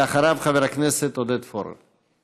ואחריו, חבר הכנסת עודד פורר.